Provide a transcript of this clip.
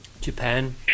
Japan